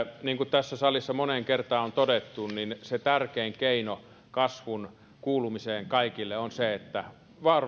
niin kuin tässä salissa moneen kertaan on todettu se tärkein keino kasvun kuulumiseen kaikille on se että